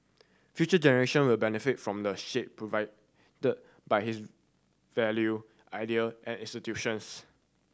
future generation will benefit from the shade provided by his value idea and institutions